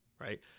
right